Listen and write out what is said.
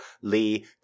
Lee